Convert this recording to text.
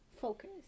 focus